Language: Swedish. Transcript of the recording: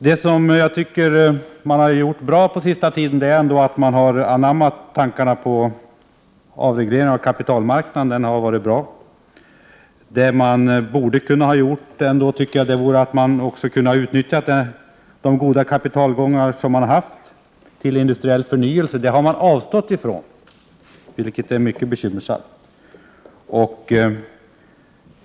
Vad socialdemokraterna har gjort bra på den senaste tiden är att man har anammat tankarna på avreglering av kapitalmarknaden. Man borde därutöver ha kunnat utnyttja de goda kapitaltillgångarna till industriell förnyelse. Det har man emellertid avstått från, vilket är mycket bekymmersamt.